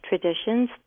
traditions